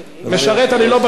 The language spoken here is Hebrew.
משרת, אני לא בטוח.